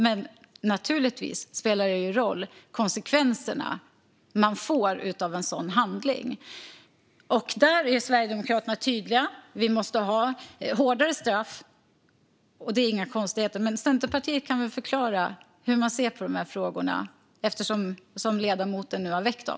Men det spelar naturligtvis roll vilka konsekvenser man får av en sådan handling. Här är Sverigedemokraterna tydliga: Vi måste ha hårdare straff. Det är inga konstigheter. Men Centerpartiet kan väl förklara hur man ser på det här frågorna eftersom ledamoten nu har väckt dem.